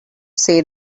say